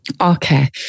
Okay